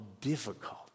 difficult